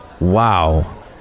Wow